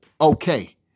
okay